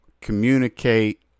communicate